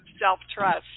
self-trust